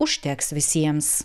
užteks visiems